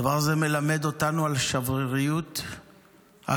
הדבר הזה מלמד אותנו על שבריריות החיים,